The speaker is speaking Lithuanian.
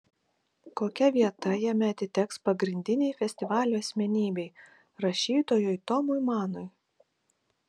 kokia vieta jame atiteks pagrindinei festivalio asmenybei rašytojui tomui manui